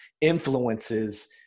influences